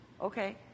Okay